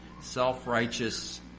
self-righteous